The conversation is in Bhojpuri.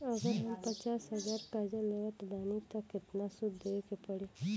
अगर हम पचास हज़ार कर्जा लेवत बानी त केतना सूद देवे के पड़ी?